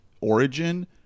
origin